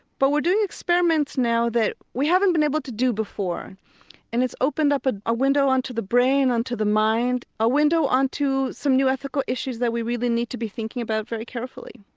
but we're doing experiments now that we haven't been able to do before and it's opened up ah a window onto the brain, onto the mind, a window onto some new ethical issues that we really need to be thinking about very carefully.